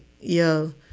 yo